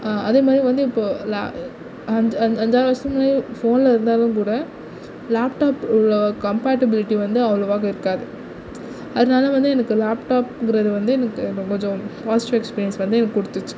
அதேமாதிரி வந்து இப்போது லப் அஞ்சாறு வருஷத்துக்கு முன்னாடி ஃபோனில் இருந்தாலும் கூட லாப்டாப் உள்ள கம்பேட்டபிலிட்டி வந்து அவ்வளவாக இருக்காது அதனால வந்து எனக்கு லாப்டாப்ங்கிறது வந்து எனக்கு கொஞ்சம் பாஸ்டிவ் எக்ஸ்ப்ரியன்ஸ் வந்து எனக்கு கொடுத்துச்சி